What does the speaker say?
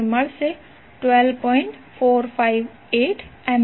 458 ampere current મળશે